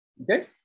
Okay